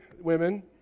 women